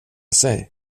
sig